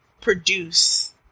produce